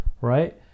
right